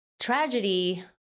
tragedy